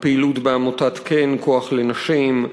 הפעילות בעמותת כ"ן, כוח נשים,